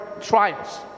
trials